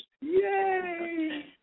Yay